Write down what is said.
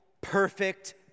perfect